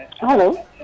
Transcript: Hello